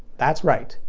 that's right.